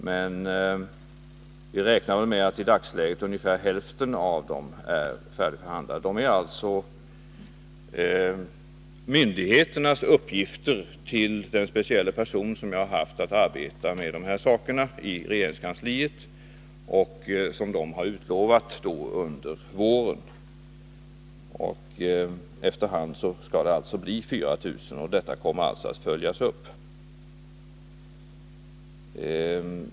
Men vi räknar med att i dagsläget är ungefär hälften färdigförhandlade. Jag har alltså uppdragit åt en särskild person i regeringskansliet att arbeta med ungdomsplatserna, och besked kommer under våren. Efter hand skall det bli 4 000 ungdomsplatser. Det här kommer att följas upp.